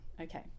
okay